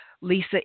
Lisa